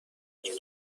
کشور